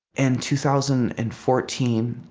in two thousand and fourteen,